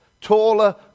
taller